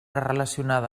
relacionada